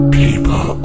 people